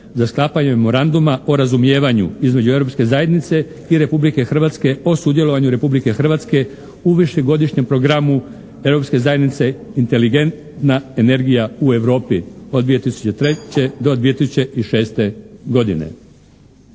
za sklapanje memoranduma o razumijevanju između Europske zajednice i Republike Hrvatske o sudjelovanju Republike Hrvatske u višegodišnjem programu Europske zajednice "Inteligentna energija u Europi", od 2003. do 2006. godine.